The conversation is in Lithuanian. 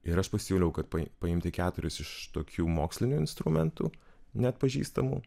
ir aš pasiūliau kad paimti keturis iš tokių mokslinių instrumentų neatpažįstamų